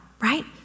right